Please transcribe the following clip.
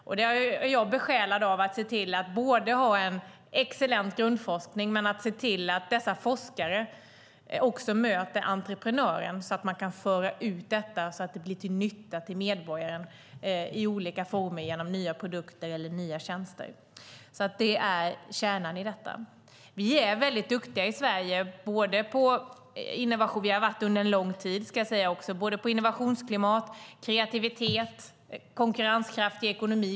Jag är besjälad av att både se till att få en excellent grundforskning och att se till att forskare möter entreprenörer så att de kan föra ut sin forskning till nytta för medborgare i olika former genom nya produkter eller nya tjänster. Det är kärnan. Vi är väldigt duktiga i Sverige, och har varit det under en lång tid, på innovationsklimat, kreativitet och konkurrenskraftig ekonomi.